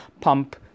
Pump